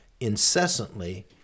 incessantly